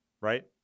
right